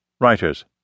Writers